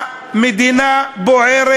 המדינה בוערת,